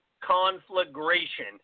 Conflagration